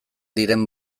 diren